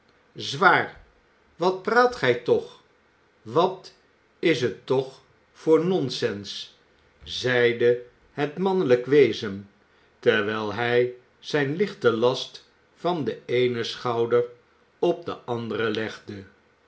zwaar wat praat jij toch wat is het toch voor nonsens zeide het mannelijk wezen terwijl hij zijn lichten last van den eenen schouder op den anderen legde